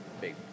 big